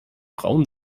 braun